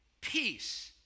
Peace